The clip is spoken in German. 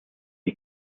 die